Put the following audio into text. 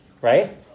right